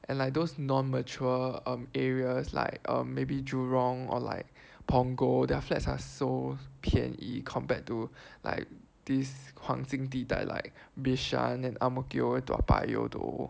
unlike those non mature um areas like um maybe Jurong or like Punggol their flats are so 便宜 compared to like these 黄金地带 like Bishan and Ang Mo Kio and Toa Payoh though